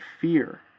fear